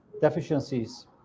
deficiencies